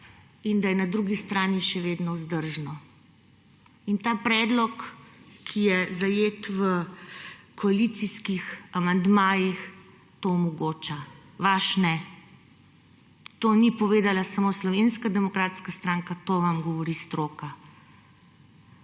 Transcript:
in da je na drugi strani še vedno vzdržno. In ta predlog, ki je zajet v koalicijskih amandmajih, to omogoča. Vaš ne. To ni povedala samo Slovenska demokratska stranka, to vam govori stroka.